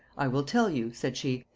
i will tell you, said she,